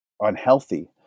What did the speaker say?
unhealthy